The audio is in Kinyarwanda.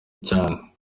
cyane